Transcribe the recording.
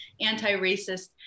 anti-racist